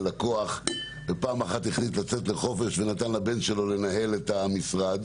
לקוח ופעם אחת החליט לצאת לחופש ונתן לבן שלו לנהל את המשרד.